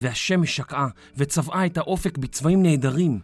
והשמש שקעה, וצבעה את האופק בצבעים נהדרים.